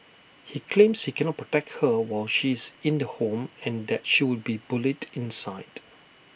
he claims he cannot protect her while she is in the home and that she would be bullied inside